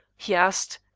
he asked.